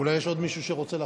אולי יש עוד מישהו שרוצה להפריע.